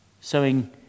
sowing